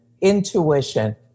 intuition